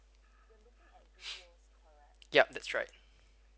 yup that's right